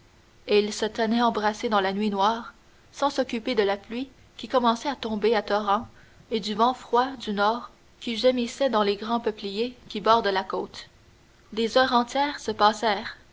ils se tenaient embrassés dans la nuit noire sans s'occuper de la pluie qui commençait à tomber à torrents et du vent froid du nord qui gémissait dans les grands peupliers qui bordent la côte des heures entières se